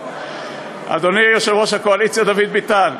אדוני יושב-ראש הקואליציה דוד ביטן?